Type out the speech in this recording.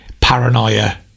paranoia